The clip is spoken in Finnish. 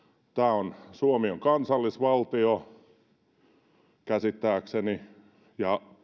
tässä vaiheessa suomi on kansallisvaltio käsittääkseni ja